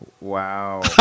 Wow